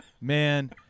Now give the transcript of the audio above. man